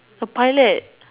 a pilot